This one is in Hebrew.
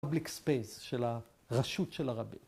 פאבליק ספייס של הרשות של הרבים.